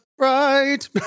Right